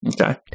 Okay